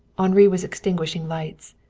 henri was extinguishing lights.